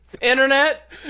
Internet